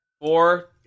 Four